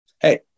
Hey